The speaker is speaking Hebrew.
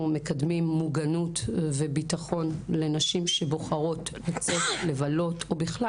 מקדמים מוגנות וביטחון לנשים שבוחרות לבלות או בכלל.